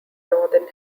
northern